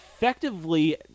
Effectively